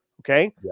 okay